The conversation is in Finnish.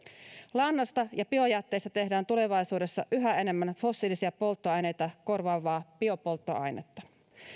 lannasta ja biojätteestä tehdään tulevaisuudessa yhä enemmän fossiilisia polttoaineita korvaavaa biopolttoainetta